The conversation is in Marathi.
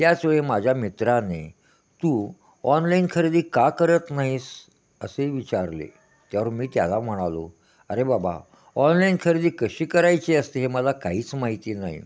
त्याच वेळी माझ्या मित्राने तू ऑनलाईन खरेदी का करत नाहीस असे विचारले त्यावर मी त्याला म्हणालो अरे बाबा ऑनलाईन खरेदी कशी करायची असते हे मला काहीच माहिती नाही